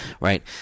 right